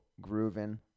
grooving